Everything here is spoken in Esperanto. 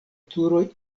turoj